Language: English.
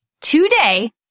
today